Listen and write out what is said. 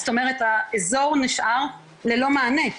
זאת אומרת האזור נשאר ללא מענה.